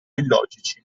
illogici